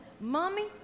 Mommy